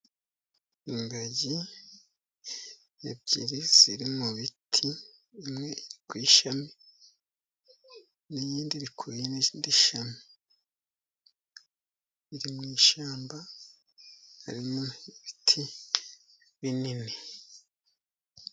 Ingagi ebyiri ziri mu biti, imwe iri ku ishami, n'iyindi iri ku rindi shami. Iri mu ishyamba harimo ibiti binini.